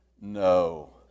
No